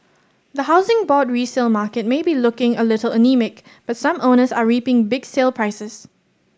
the Housing Board resale market may be looking a little anaemic but some owners are reaping big sale prices